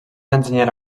enginyera